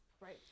Right